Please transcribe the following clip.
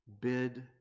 bid